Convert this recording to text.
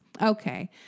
Okay